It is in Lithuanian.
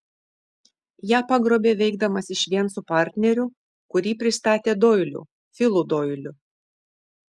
ją pagrobė veikdamas išvien su partneriu kurį pristatė doiliu filu doiliu